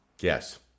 yes